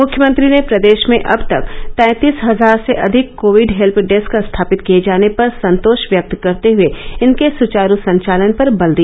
मुख्यमंत्री ने प्रदेश में अब तक तैंतीस हजार से अधिक कोविड हेल्य डेस्क स्थापित किए जाने पर संतोष व्यक्त करते हए इनके सुचारू संचालन पर बल दिया